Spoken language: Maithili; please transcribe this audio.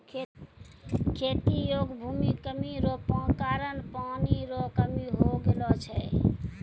खेती योग्य भूमि कमी रो कारण पानी रो कमी हो गेलौ छै